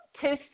two